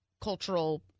cultural